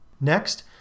Next